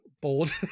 bored